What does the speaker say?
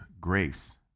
grace